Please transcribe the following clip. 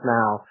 now